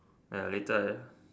ya later